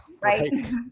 right